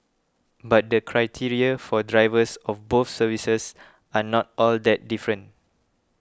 but the criteria for drivers of both services are not all that different